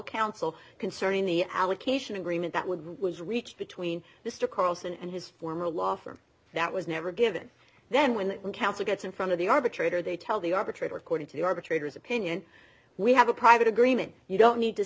counsel concerning the allocation agreement that would was reached between mr carlson and his former law firm that was never given then when counsel gets in front of the arbitrator they tell the arbitrator according to the arbitrator's opinion we have a private agreement you don't need to